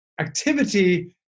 activity